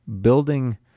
building